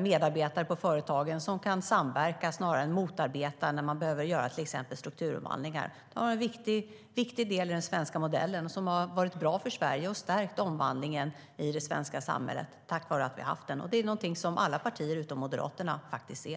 medarbetare på företagen som kan samverka snarare än motarbeta när man behöver göra till exempel strukturomvandlingar. Det är en viktig del i den svenska modellen, som har varit bra för Sverige och stärkt omvandlingen i det svenska samhället. Det är någonting som alla partier utom Moderaterna faktiskt ser.